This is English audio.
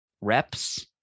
reps